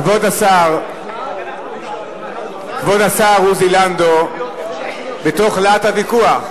כבוד השר, כבוד השר עוזי לנדאו, בתוך להט הוויכוח.